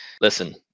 listen